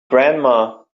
grandma